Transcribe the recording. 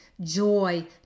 Joy